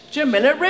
Jamila